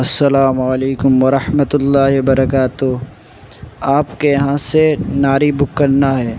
السلام علیكم و رحمة اللہ و بركاتہ آپ كے یہاں سے نہاری بک کرنا ہے